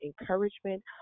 encouragement